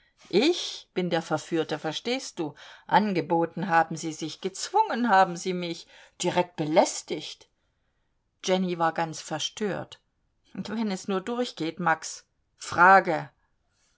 ich bin der verführte verstehst du angeboten haben sie sich gezwungen haben sie mich direkt belästigt jenny war ganz verstört wenn es nur durchgeht max frage